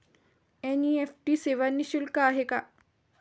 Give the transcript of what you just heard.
NEFT सेवा निःशुल्क आहे का?